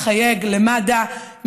מחייג למד"א,